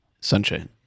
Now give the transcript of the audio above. Sunshine